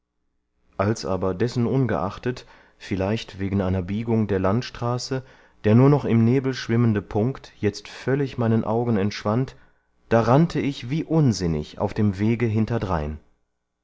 als aber dessenungeachtet vielleicht wegen einer biegung der landstraße der nur noch im nebel schwimmende punkt jetzt völlig meinen augen entschwand da rannte ich wie unsinnig auf dem wege hinterdrein